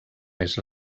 més